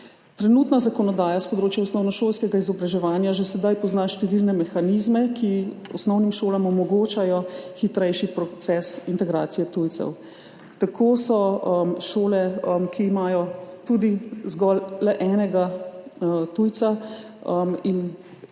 Trenutna zakonodaja s področja osnovnošolskega izobraževanja že sedaj pozna številne mehanizme, ki osnovnim šolam omogočajo hitrejši proces integracije tujcev. Tako so šole, ki imajo tudi zgolj le enega tujca, in